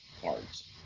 cards